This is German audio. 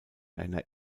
einer